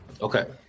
Okay